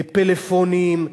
פלאפונים,